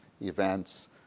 events